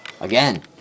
Again